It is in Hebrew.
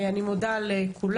אני מודה לכולם.